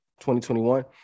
2021